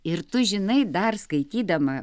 ir tu žinai dar skaitydama